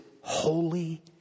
holy